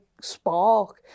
spark